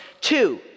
two